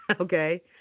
Okay